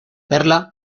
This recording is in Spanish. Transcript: perla